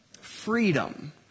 freedom